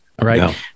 Right